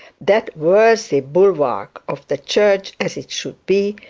that worthy bulwark of the church as it should be,